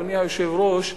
אדוני היושב-ראש,